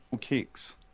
kicks